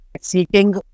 seeking